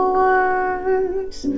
words